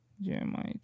Jeremiah